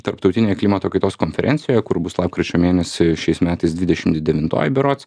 tarptautinėj klimato kaitos konferencijoje kur bus lapkričio mėnesį šiais metais dvidešimt devintoj berods